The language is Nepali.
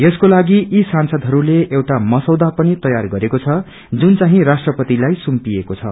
यसको लागि यी सांसदहरूले एउउटा इलफनामा पनि तयार गरेको छ जुनचाहिँ राष्ट्रपतिलाई सुम्पिएको छ